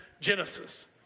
Genesis